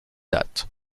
date